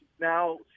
now